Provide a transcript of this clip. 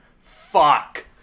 Fuck